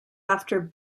after